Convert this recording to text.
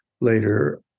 later